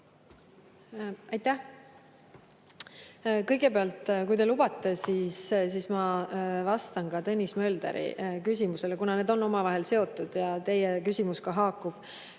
Aitäh! Kõigepealt, kui te lubate, siis ma vastan ka Tõnis Möldri küsimusele, kuna need on omavahel seotud ja teie küsimus haakub